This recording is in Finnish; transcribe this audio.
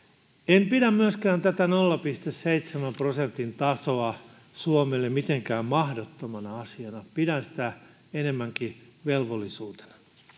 en pidä myöskään tätä nolla pilkku seitsemän prosentin tasoa suomelle mitenkään mahdottomana asiana pidän sitä enemmänkin velvollisuutena